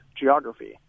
geography